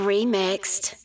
Remixed